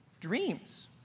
dreams